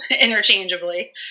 interchangeably